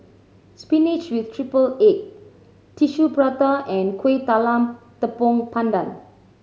spinach with triple egg Tissue Prata and Kueh Talam Tepong Pandan